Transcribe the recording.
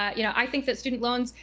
um you know i think that student loans,